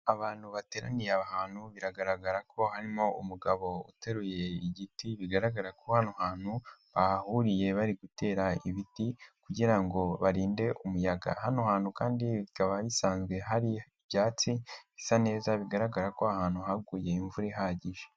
Abantu bateraniye aha hantu biragaragara ko harimo umugabo uteruye igiti, bigaragara ko hano hantu bahahuriye bari gutera ibiti kugira ngo barinde umuyaga, hano hantu kandi bikaba bisanzwe hari ibyatsi bisa neza, bigaragara ko aha hantu haguye imvura ihagije.